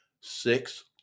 Six